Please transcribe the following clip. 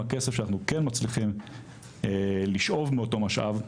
עם הכסף שאנחנו כן מצליחים לשאוב מאותו משאב.